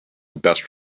best